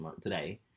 today